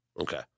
Okay